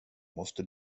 måste